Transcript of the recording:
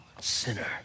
sinner